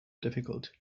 difficult